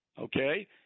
Okay